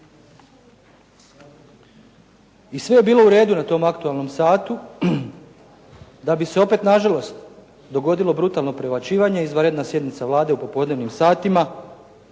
I sve je bilo u redu na tom „Aktualnom satu“ da bi se opet na žalost, dogodilo brutalno premlaćivanje, izvanredna sjednica Vlade u popodnevnim satima